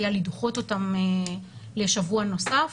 היה לדחות אותם לשבוע נוסף,